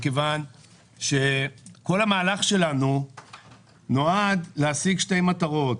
מכיוון שכל המהלך שלנו נועד להשיג שתי מטרות.